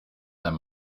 their